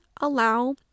allow